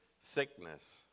sickness